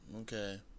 Okay